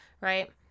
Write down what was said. Right